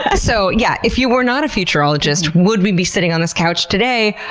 ah so yeah, if you were not a futurologist, would we be sitting on this couch today?